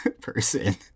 person